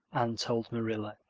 anne told marilla.